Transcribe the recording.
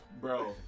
Bro